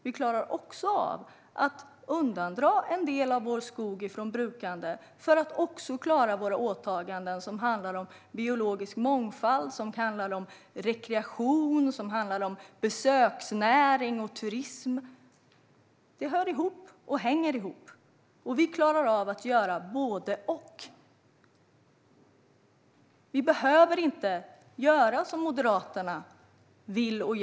Vi klarar också av att undandra en del av vår skog från brukande för att också klara våra åtaganden när det gäller biologisk mångfald, rekreation, besöksnäring och turism. Det hänger ihop. Vi klarar av att göra både och. Vi behöver inte göra som Moderaterna vill - välja.